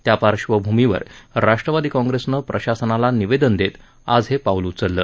त्या पार्श्वभूमीवर राष्ट्रवादी काँग्रेसनं प्रशासनाला निवेदन देत आज हे पाऊल उचललं